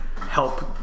help